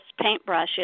paintbrushes